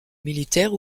militaire